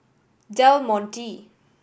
Del Monte